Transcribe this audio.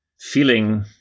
feeling